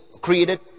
created